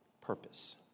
purpose